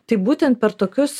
tai būtent per tokius